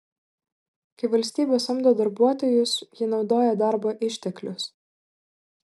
kai valstybė samdo darbuotojus ji naudoja darbo išteklius